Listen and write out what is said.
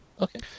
Okay